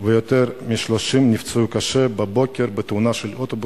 ויותר מ-30 נפצעו קשה בבוקר בתאונה של אוטובוס,